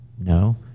no